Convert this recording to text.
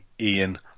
Ian